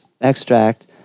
extract